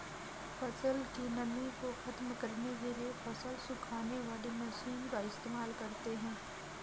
फसल की नमी को ख़त्म करने के लिए फसल सुखाने वाली मशीन का इस्तेमाल करते हैं